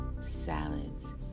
salads